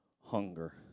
hunger